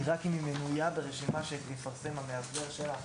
היא רק אם היא מנויה ברשימה שיפרסם המאסדר שלה,